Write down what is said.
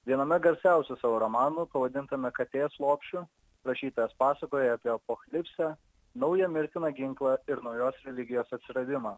viename garsiausių savo romanų pavadintame katės lopšiu rašytojas pasakoja apie apokalipsę naują mirtiną ginklą ir naujos religijos atsiradimą